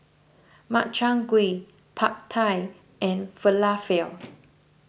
Makchang Gui Pad Thai and Falafel